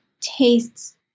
tastes